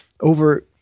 over